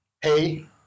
hey